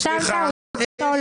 האשמת אותו.